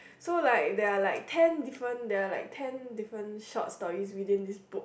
so like there are like ten different there are like ten different short stories within this book